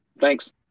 Thanks